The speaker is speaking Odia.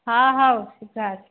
ହଁ ହଉ ତୁ କାଟ